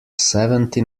seventy